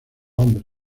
hombres